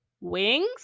wings